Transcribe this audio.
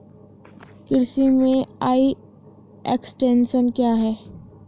कृषि में e extension क्या है?